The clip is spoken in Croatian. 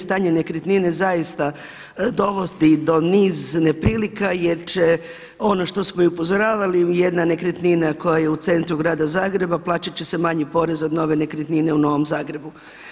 Stanje nekretnine zaista dovodi do niz neprilika jer će ono što smo i upozoravali jedna nekretnina koja je u centru grada Zagreba plaćat će se manji porez od nove nekretnine u Novom Zagrebu.